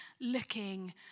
looking